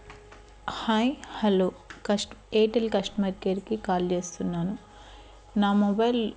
hi hello కస్ట్ Airtel customer కేర్కి call చేస్తున్నాను నా మొబైల్